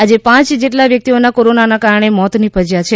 આજે પાંચ જેટલા વ્યક્તિઓના કોરોનાને કારણે મોત નિપજ્યા છે